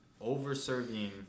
over-serving